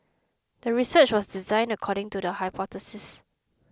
the research was designed according to the hypothesis